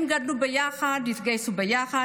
הם גדלו ביחד, התגייסו ביחד.